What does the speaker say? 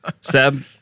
Seb